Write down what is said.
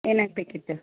ಏನಾಗಬೇಕಿತ್ತು